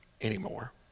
anymore